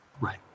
Right